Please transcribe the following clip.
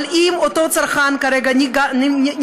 אבל אם אותו צרכן כרגע נפגע,